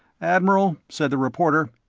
admiral, said the reporter,